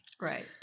Right